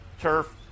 turf